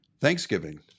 Thanksgiving